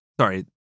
sorry